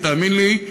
ותאמין לי,